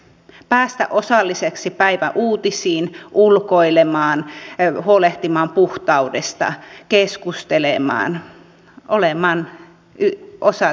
hän pääsee osalliseksi päivän uutisista ulkoilemaan huolehtimaan puhtaudesta keskustelemaan olemaan osa tätä yhteiskuntaa